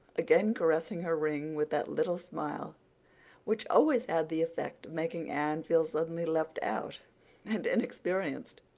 again caressing her ring with that little smile which always had the effect of making anne feel suddenly left out and inexperienced.